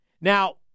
Now